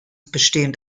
bestehend